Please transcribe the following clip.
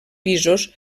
pisos